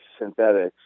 synthetics